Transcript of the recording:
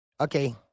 Okay